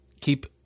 keep